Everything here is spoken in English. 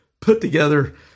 put-together